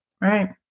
Right